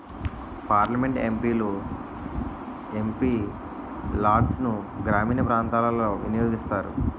parliament MP లు MP లాడ్సును గ్రామీణ ప్రాంతాలలో వినియోగిస్తారు